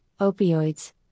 opioids